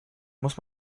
muss